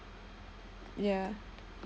yeah